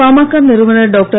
பாமக நிறுவனர் டாக்டர்